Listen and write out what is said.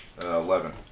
Eleven